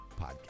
podcast